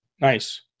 Nice